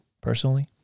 personally